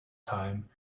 time